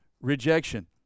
rejection